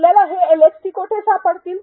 आपल्याला हे एलएक्सटी कोठे सापडतील